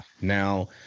Now